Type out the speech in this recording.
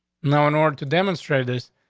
now, in order to demonstrate this,